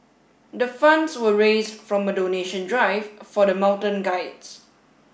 the funds were raised from a donation drive for the mountain guides